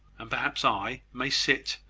and perhaps i, may sit,